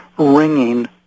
ringing